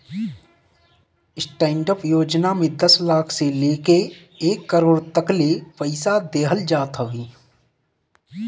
stand up योजना में दस लाख से लेके एक करोड़ तकले पईसा देहल जात हवे